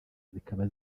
zikaba